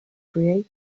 create